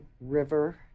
river